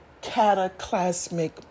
cataclysmic